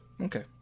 okay